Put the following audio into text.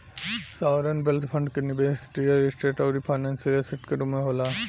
sovereign wealth fund के निबेस real estate आउरी फाइनेंशियल ऐसेट के रूप में होला